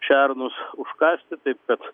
šernus užkasti taip kad